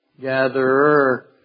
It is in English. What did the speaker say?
Gatherer